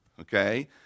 okay